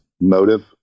motive